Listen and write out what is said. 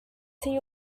tea